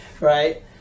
Right